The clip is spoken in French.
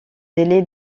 délai